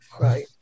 Right